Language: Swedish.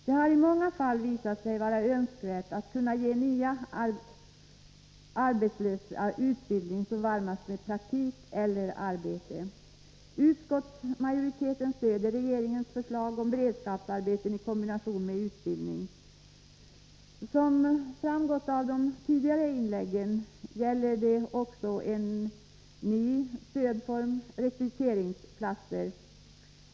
Det har i många fall visat sig önskvärt att kunna ge nya arbetslösa utbildning, som varvas med praktik eller arbete. Utskottsmajoriteten stöder regeringens förslag om beredskapsarbeten i kombination med utbildning. Såsom framgått av tidigare inlägg gäller det också en ny stödform, s.k. rekryteringsplatser.